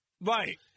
Right